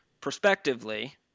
prospectively